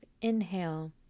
Inhale